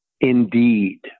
indeed